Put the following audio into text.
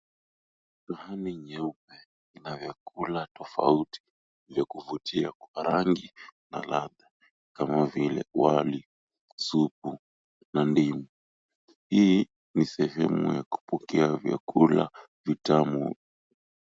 Sahani nyeupe ina vyakula tofauti vya kuvutia vya rangi na ladha kama vile wali, supu na ndimu. Hii ni sehemu ya kupokea vyakula tamu.